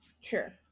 Sure